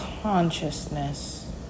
Consciousness